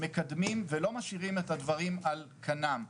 מקדמים ולא משאירים את הדברים על כנם,